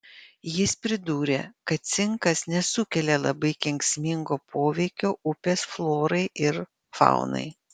jis pridūrė kad cinkas nesukelia labai kenksmingo poveikio upės florai ir faunai